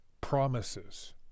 promises